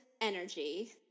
energy